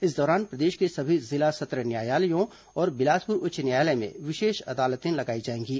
इस दौरान प्रदेश के सभी जिला सत्र न्यायालयों और बिलासपुर उच्च न्यायालय में विशेष अदालतें लगाई जाएंगी